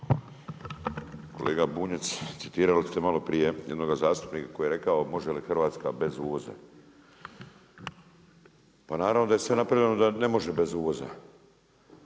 Kolega Bunjac, citirali ste malo prije jednoga zastupnika koji je rekao, može li Hrvatska bez uvoza. Pa naravno da je sve napravljeno da ne može bez uvoza.